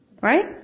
right